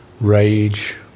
rage